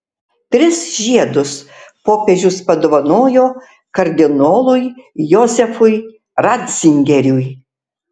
tris žiedus popiežius padovanojo kardinolui jozefui ratzingeriui